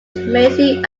macy